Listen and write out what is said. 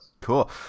Cool